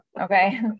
okay